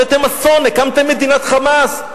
הבאתם אסון, הקמתם מדינת "חמאס".